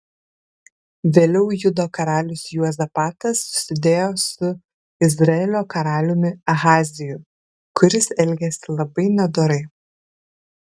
vėliau judo karalius juozapatas susidėjo su izraelio karaliumi ahaziju kuris elgėsi labai nedorai